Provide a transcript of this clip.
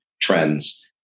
trends